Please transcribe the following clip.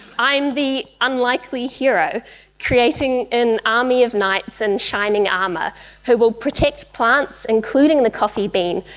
i'm the unlikely hero creating an army of knights in shining armour who will protect plants, including the coffee bean,